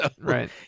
right